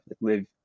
live